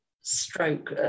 stroke